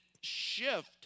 shift